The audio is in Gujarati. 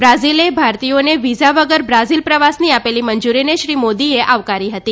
બ્રાઝિલે ભારતીયોને વિઝા વગર બ્રાઝિલ પ્રવાસની આપેલી મંજુરીને શ્રી મોદીએ આવકારી હતી